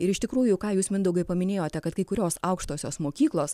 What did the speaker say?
ir iš tikrųjų ką jūs mindaugai paminėjote kad kai kurios aukštosios mokyklos